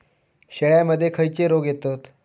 शेळ्यामध्ये खैचे रोग येतत?